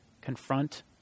Confront